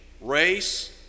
race